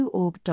org